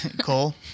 Cole